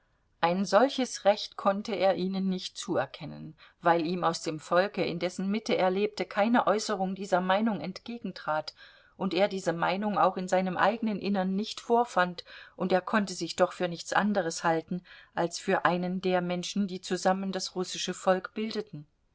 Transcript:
ein solches recht konnte er ihnen nicht zuerkennen weil ihm aus dem volke in dessen mitte er lebte keine äußerung dieser meinung entgegentrat und er diese meinung auch in seinem eigenen innern nicht vorfand und er konnte sich doch für nichts anderes halten als für einen der menschen die zusammen das russische volk bildeten